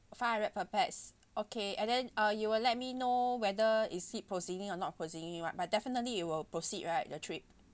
five hundred per pax okay and then uh you will let me know whether is it proceeding or not proceeding right but definitely you will proceed right the trip